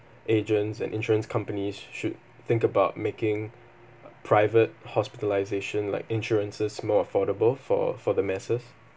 agents and insurance companies should think about making private hospitalisation like insurances more affordable for for the masses